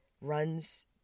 runs